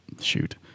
shoot